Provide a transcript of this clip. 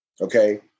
Okay